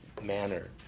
manner